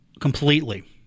completely